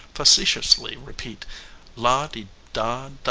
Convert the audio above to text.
facetiously repeat la-de-da-da dum-dum,